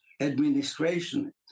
administration